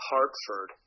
Hartford